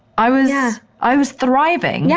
i was. i was thriving. yeah